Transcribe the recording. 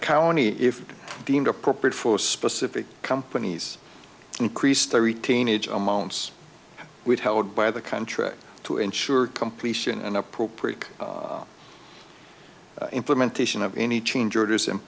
county if deemed appropriate for specific companies increase three teenage amounts withheld by the contract to ensure completion and appropriate implementation of any change orders and